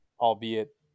albeit